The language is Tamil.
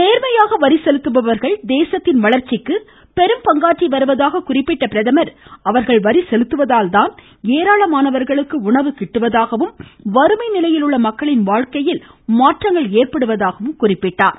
நேர்மையாக வரி செலுத்துபவர்கள் தேசத்தின் வளர்ச்சிக்கு பெரும் பங்காற்றி செலுத்துவதால்தான் குறிப்பிட்ட பிரதமர் அவர்கள் வரி வருவதாக ஏராளமானவர்களுக்கு உணவு கிட்டுவதாகவும் வறுமை நிலையில் உள்ள மக்களின் வாழ்க்கையில் மாற்றங்கள் ஏற்படுவதாகவும் குறிப்பிட்டார்